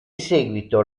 seguito